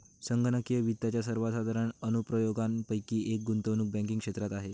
संगणकीय वित्ताच्या सर्वसाधारण अनुप्रयोगांपैकी एक गुंतवणूक बँकिंग क्षेत्रात आहे